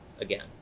again